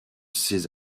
ses